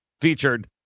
featured